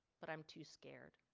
but i'm too scared.